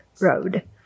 road